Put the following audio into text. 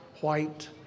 white